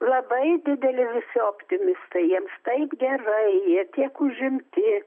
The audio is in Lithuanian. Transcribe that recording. labai dideli visi optimistai jiems taip gerai jie tiek užimti